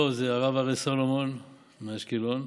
אריה סולומון מאשקלון,